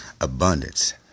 Abundance